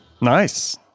Nice